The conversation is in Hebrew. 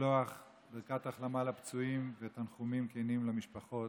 ולשלוח ברכת החלמה לפצועים ותנחומים כנים למשפחות.